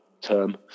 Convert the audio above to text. term